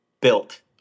built